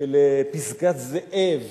ולפסגת-זאב